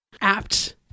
apt